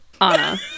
Anna